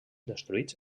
destruïts